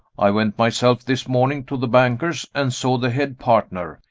i went myself this morning to the bankers, and saw the head partner.